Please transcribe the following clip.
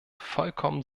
vollkommen